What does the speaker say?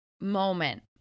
moment